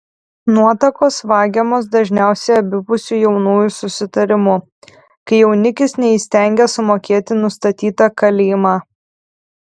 nuotakos vagiamos dažniausiai abipusiu jaunųjų susitarimu kai jaunikis neįstengia sumokėti nustatytą kalymą